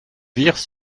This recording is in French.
virent